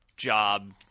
job